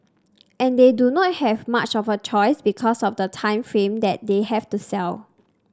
and they do not have much of a choice because of the time frame that they have to sell